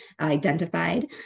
identified